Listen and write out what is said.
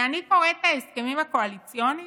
כשאני קוראת את ההסכמים הקואליציוניים,